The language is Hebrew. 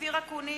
אופיר אקוניס,